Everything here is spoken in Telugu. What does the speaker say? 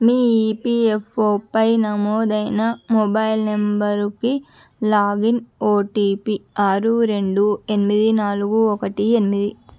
మీ ఈపీఎఫ్ఓపై నమోదైన మొబైల్ నంబరుకి లాగిన్ ఓటిపి ఆరు రెండు ఎనిమిది నాలుగు ఒకటి ఎనిమిది